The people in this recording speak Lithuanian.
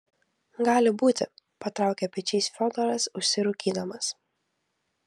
gali būti patraukė pečiais fiodoras užsirūkydamas